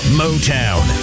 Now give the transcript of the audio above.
motown